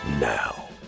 Now